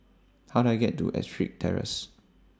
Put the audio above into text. How Do I get to Ettrick Terrace